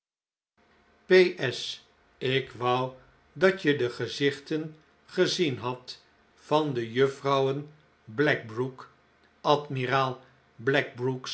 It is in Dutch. s ik wou dat je de gezichten gezien had van de juffrouwen